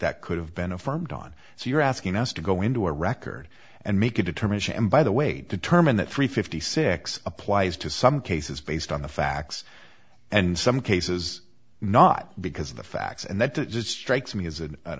that could have been affirmed on so you're asking us to go into a record and make a determination and by the way determine that three fifty six applies to some cases based on the facts and some cases not because the facts and that that it strikes me is an